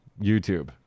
YouTube